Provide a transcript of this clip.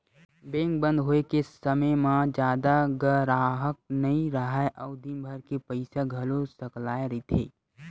bank बंद होए के समे म जादा गराहक नइ राहय अउ दिनभर के पइसा घलो सकलाए रहिथे